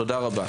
תודה רבה.